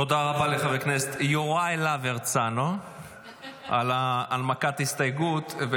תודה רבה לחבר הכנסת יוראי להב הרצנו על הנמקת ההסתייגות.